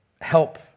help